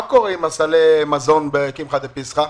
מה קורה עם סלי המזון של קמחא דפסחא,